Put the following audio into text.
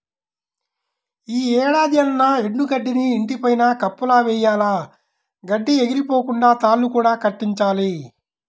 యీ ఏడాదన్నా ఎండు గడ్డిని ఇంటి పైన కప్పులా వెయ్యాల, గడ్డి ఎగిరిపోకుండా తాళ్ళు కూడా కట్టించాలి